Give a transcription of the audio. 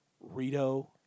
Rito